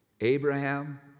Abraham